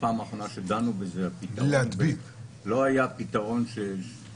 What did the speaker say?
בפעם האחרונה שדנו בזה לא היה פתרון טוב